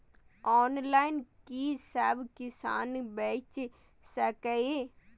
Online कि सब किसान बैच सके ये?